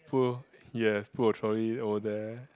pull yes pull a trolley over there